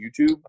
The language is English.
YouTube